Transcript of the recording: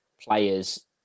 players